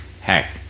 heck